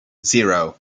zero